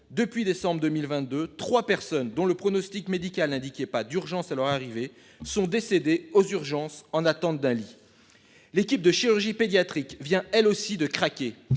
depuis décembre 2022, 3 personnes dont le pronostic médical indiquait pas d'urgence à leur arrivée sont décédés aux urgences en attente d'lit. L'équipe de chirurgie pédiatrique vient elle aussi de craquer